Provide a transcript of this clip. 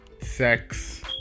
sex